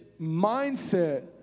mindset